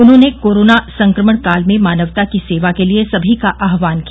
उन्होंने कोरोना संक्रमण काल में मानवता की सेवा के लिए सभी का आह्वान किया